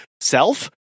self